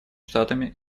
штатами